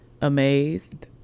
amazed